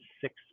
six